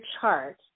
chart